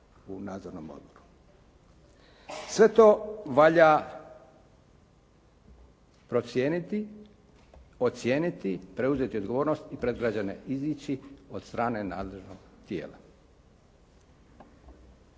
Sve to valja procijeniti, ocijeniti, preuzeti odgovornost i pred građane izići od strane nadležnog tijela.